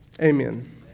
amen